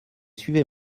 suivez